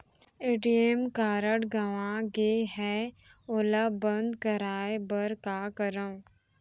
ATM card गंवा गे है ओला बंद कराये बर का करंव?